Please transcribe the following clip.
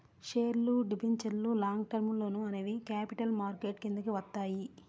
షేర్లు, డిబెంచర్లు, long term లోన్లు అనేవి క్యాపిటల్ మార్కెట్ కిందికి వత్తయ్యి